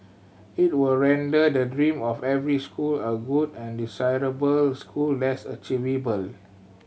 it would render the dream of every school a good and desirable school less achievable